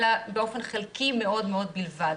אלא באופן חלקי מאוד מאוד בלבד.